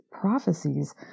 prophecies